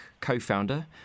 co-founder